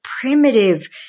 primitive